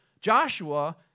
Joshua